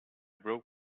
broke